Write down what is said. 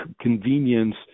convenience